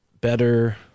better